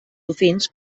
dofins